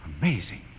Amazing